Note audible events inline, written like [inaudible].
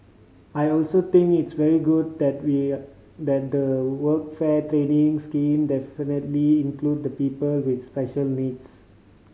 I also think it's very good that [unintelligible] that the workfare training scheme definitively include people with special needs